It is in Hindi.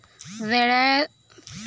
ऋणी को बकाया ऋण का विवरण देखते रहना चहिये